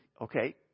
Okay